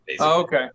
okay